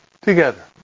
Together